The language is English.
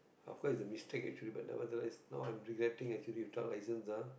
of course is a mistake actually but nevertheless now I'm regretting actually without licence ah